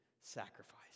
sacrifice